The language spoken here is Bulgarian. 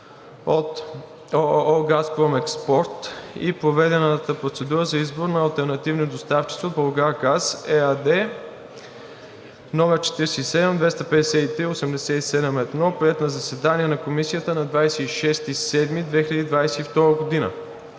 от „Газпром Експорт“ и проведената процедура за избор на алтернативни доставчици от „Булгаргаз“ ЕАД № 47-253-87-1, приет на заседание на Комисията на 26 юли 2022 г.